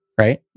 right